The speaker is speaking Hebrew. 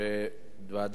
בוועדת-טרכטנברג